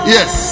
Yes